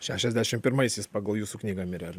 šešiasdešimt pirmaisiais pagal jūsų knygą mirė ar